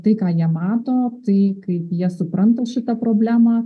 tai ką jie mato tai kaip jie supranta šitą problemą